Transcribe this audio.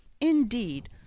indeed